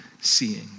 seeing